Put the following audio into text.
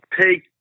take